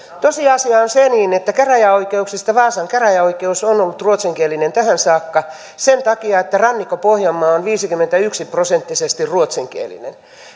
tosiasia on se että käräjäoikeuksista vaasan käräjäoikeus on ollut ruotsinkielinen tähän saakka sen takia että rannikko pohjanmaa on viisikymmentäyksi prosenttisesti ruotsinkielinen